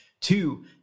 two